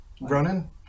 Ronan